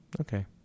Okay